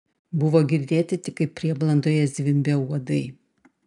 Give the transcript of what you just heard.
buvo girdėti tik kaip prieblandoje zvimbia uodai